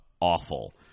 awful